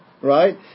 Right